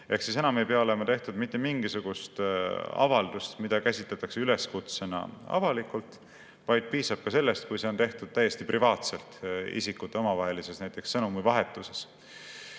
Ehk siis enam ei pea olema tehtud mitte mingisugust avaldust, mida käsitletakse avaliku üleskutsena, vaid piisab ka sellest, kui see on tehtud täiesti privaatselt, näiteks isikute omavahelises sõnumivahetuses.